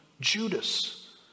Judas